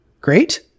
great